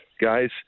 guys